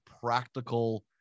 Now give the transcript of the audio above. practical